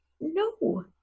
no